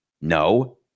No